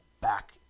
back